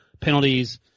penalties